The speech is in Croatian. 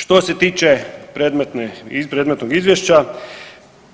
Što se tiče predmetnog izvješća